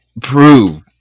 prove